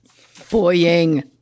Boying